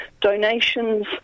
donations